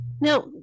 Now